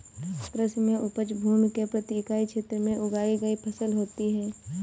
कृषि में उपज भूमि के प्रति इकाई क्षेत्र में उगाई गई फसल होती है